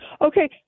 Okay